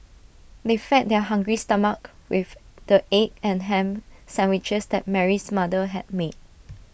they fed their hungry stomachs with the egg and Ham Sandwiches that Mary's mother had made